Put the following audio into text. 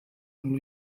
und